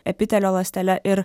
epitelio ląstele ir